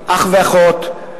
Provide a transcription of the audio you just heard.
אח ואחות,